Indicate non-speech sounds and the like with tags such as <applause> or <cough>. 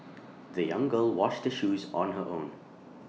<noise> the young girl washed her shoes on her own